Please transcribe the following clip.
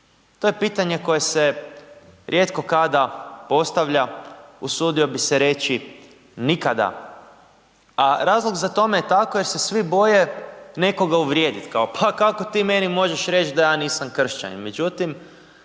To je pitanje koje se rijetko kada postavlja, usudio bih se reći nikada. A razlog za tome je tako jer se svi boje nekoga uvrijediti kao, pa kako ti meni možeš reći da ja nisam kršćanin, međutim